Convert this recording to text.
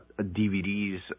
DVDs